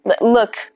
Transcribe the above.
Look